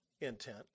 intent